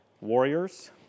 warriors